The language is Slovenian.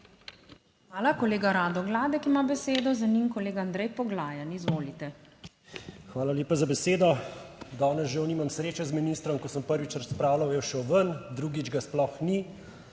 Hvala. Kolega Rado Gladek ima besedo, za njim kolega Andrej Poglajen. Izvolite. **RADO GLADEK (PS SDS):** Hvala lepa za besedo. Danes žal nimam sreče z ministrom, ko sem prvič razpravljal je šel ven, drugič ga sploh ni,